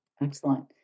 Excellent